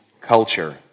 culture